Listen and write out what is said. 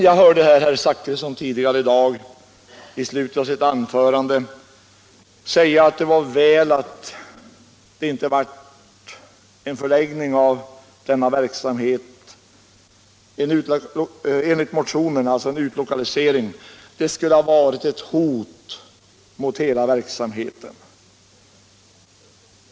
Jag hörde herr Zachrisson i slutet av sitt anförande i dag säga att det var väl att det inte blev en förläggning av denna verksamhet i enlighet med motionens förslag, alltså en utlokalisering — det skulle ha varit ett hot mot hela verksamheten.